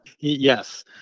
yes